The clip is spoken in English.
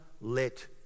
let